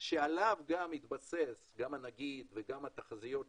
שעליו התבסס גם הנגיד וגם התחזיות שלנו.